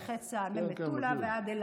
נכי צה"ל הם ממטולה ועד אילת.